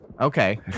Okay